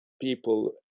people